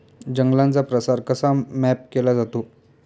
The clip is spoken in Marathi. जंगलांचा प्रसार कसा मॅप केला जातो?